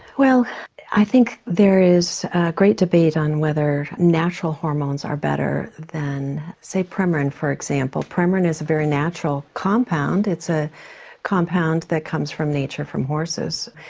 well i think there is a great debate on whether natural hormones are better than say premarin for example. premarin is a very natural compound, it's a compound that comes from nature from horses.